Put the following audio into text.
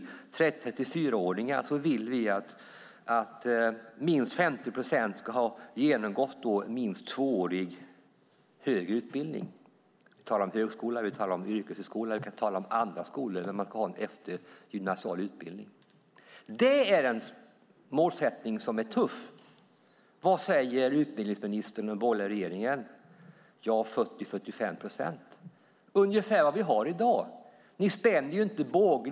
När det gäller 30-34-åringar vill vi att minst 50 procent ska ha genomgått minst en tvåårig högre utbildning. Vi talar om högskola. Vi talar om yrkeshögskola. Vi kan tala om andra skolor där det finns en eftergymnasial utbildning. Det är en målsättning som är tuff. Vad säger utbildningsministern och den borgerliga regeringen? Man säger 40-45 procent. Det är ungefär vad vi har i dag. Ni spänner inte bågen.